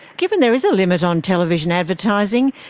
given there is a limit on television advertising,